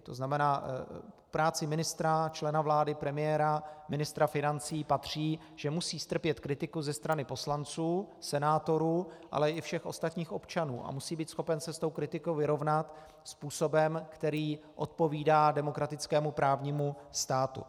To znamená, k práci ministra, člena vlády, premiéra, ministra financí patří, že musí strpět kritiku ze strany poslanců, senátorů, ale i všech ostatních občanů a musí být schopen se s tou kritikou vyrovnat způsobem, který odpovídá demokratickému právnímu státu.